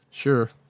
Sure